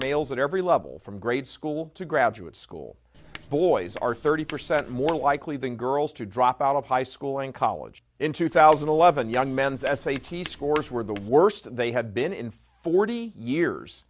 males at every level from grade school to graduate school boys are thirty percent more likely than girls to drop out of high school and college in two thousand and eleven young men's s a t s scores were the worst they have been in forty years